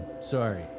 sorry